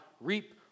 reap